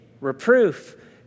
reproof